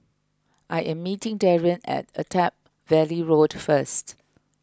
I am meeting Darrien at Attap Valley Road first